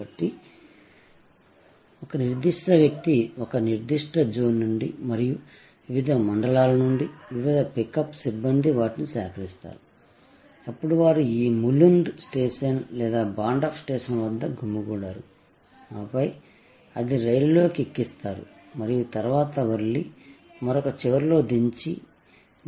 కాబట్టి ఒక నిర్దిష్ట వ్యక్తి ఒక నిర్దిష్ట జోన్ నుండి మరియు వివిధ మండలాల నుండి వివిధ పికప్ సిబ్బంది వాటిని సేకరిస్తారు అప్పుడు వారు ఈ ములుంద్ స్టేషన్ లేదా భాండప్ స్టేషన్ వద్ద గుమిగూడారు ఆపై అది రైలులోకి ఎక్కిస్తారు మరియు తరువాత వర్లి మరొక చివరలో దించి దించి